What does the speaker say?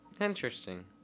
interesting